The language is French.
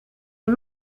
est